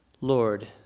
Lord